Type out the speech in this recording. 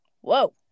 whoa